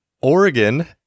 oregon